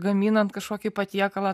gaminant kažkokį patiekalą